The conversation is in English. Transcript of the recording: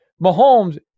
Mahomes